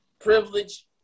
privilege